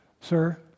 Sir